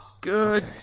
Good